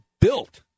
built